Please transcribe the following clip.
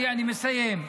אני מסיים.